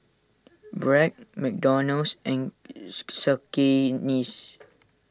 Bragg McDonald's and Cakenis